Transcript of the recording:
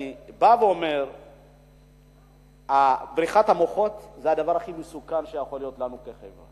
אני בא ואומר שבריחת המוחות זה הדבר הכי מסוכן שיכול להיות לנו כחברה.